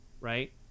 right